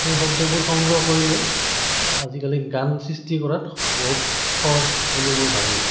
সেই শব্দবোৰ সংগ্ৰহ কৰি লৈ আজিকালি গান সৃষ্টি কৰাত বহুত সহজ বুলি মই ভাবোঁ